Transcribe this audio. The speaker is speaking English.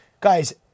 Guys